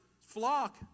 flock